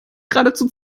geradezu